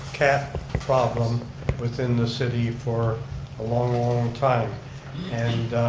cat problem within the city for a long, long time and